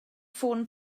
ffôn